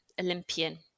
Olympian